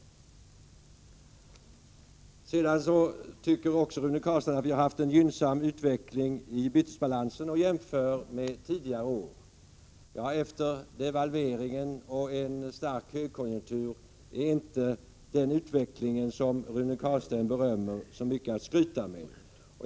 Rune Carlstein tyckte också att vi har haft en gynnsam utveckling i bytesbalansen och jämför med tidigare år. Efter devalveringen och en stark högkonjunktur är inte den utveckling som Rune Carlstein berömmer så mycket att skryta med.